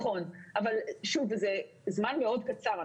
אבל שוב, זה זמן מאוד קצר.